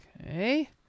Okay